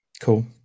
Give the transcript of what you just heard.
Cool